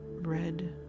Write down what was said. red